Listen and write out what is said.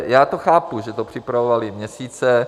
Já chápu, že to připravovali měsíce.